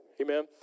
amen